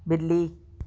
ਬਿੱਲੀ